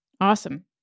Awesome